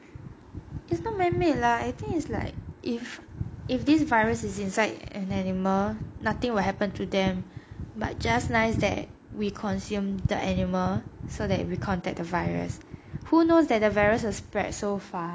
it's not man-made lah I think is like if if this virus is inside an animal nothing will happen to them but just nice that we consume the animal so that we contact the virus who knows that the virus spread so far